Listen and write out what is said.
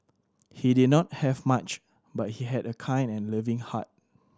he did not have much but he had a kind and loving heart